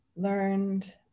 learned